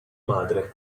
madre